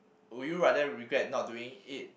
would you rather regret not doing it